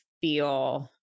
feel